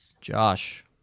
Josh